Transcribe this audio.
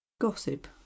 gossip